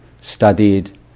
studied